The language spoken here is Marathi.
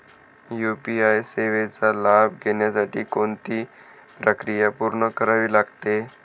यू.पी.आय सेवेचा लाभ घेण्यासाठी कोणती प्रक्रिया पूर्ण करावी लागते?